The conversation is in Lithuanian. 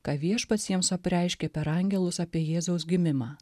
ką viešpats jiems apreiškė per angelus apie jėzaus gimimą